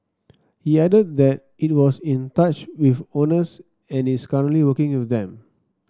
he added that it was in touch with owners and is currently working with them